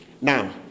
Now